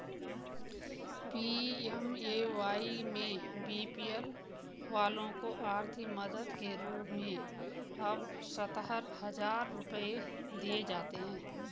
PMAY में BPL वालों को आर्थिक मदद के रूप में अब सत्तर हजार रुपये दिए जाते हैं